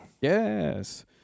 Yes